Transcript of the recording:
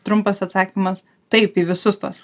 trumpas atsakymas taip į visus tuos